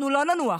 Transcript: אנחנו לא ננוח,